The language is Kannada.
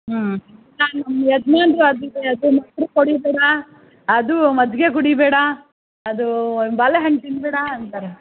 ಹ್ಞೂ ನಾನು ಕುಡಿಬೇಡ ಅದು ಮಜ್ಜಿಗೆ ಕುಡಿಬೇಡ ಅದು ಬಾಳೆಹಣ್ಣು ತಿನ್ನಬೇಡ ಅಂತಾರೆ